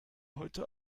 heute